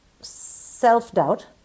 self-doubt